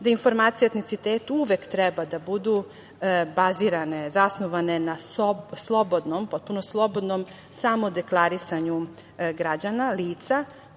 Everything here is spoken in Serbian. da informacije o etnicitetu uvek treba da budu bazirane, zasnovane na potpuno slobodnom samodeklarisanju lica